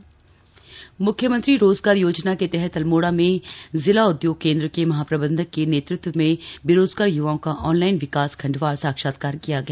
रोजगार योजना आवेदन मुख्यमंत्री रोजगार योजना के तहत अल्मोड़ा में जिला उद्योग केंद्र के महाप्रबंधक के नेतृत्व में बेरोजगार य्वाओं का ऑनलाइन विकासखण्डवार साक्षात्कार लिया गया